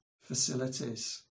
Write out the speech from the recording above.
facilities